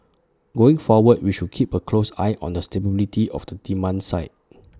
going forward we should keep A close eye on the stability of the demand side